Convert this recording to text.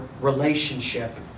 relationship